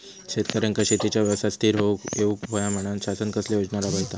शेतकऱ्यांका शेतीच्या व्यवसायात स्थिर होवुक येऊक होया म्हणान शासन कसले योजना राबयता?